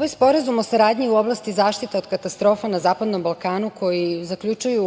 ovaj sporazum o saradnji u oblasti zaštite od katastrofa na zapadnom Balkanu, koji zaključuju